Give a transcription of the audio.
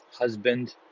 husband